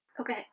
Okay